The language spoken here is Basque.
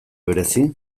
bereizi